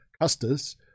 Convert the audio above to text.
Custis